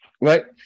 Right